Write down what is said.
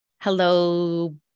Hello